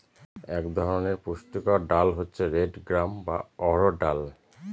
এক ধরনের পুষ্টিকর ডাল হচ্ছে রেড গ্রাম বা অড়হর ডাল